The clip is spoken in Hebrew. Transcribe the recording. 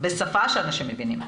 בשפה שאנשים מבינים.